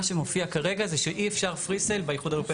מה שמופיע כרגע זה שאי אפשר Presale באיחוד האירופי.